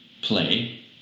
play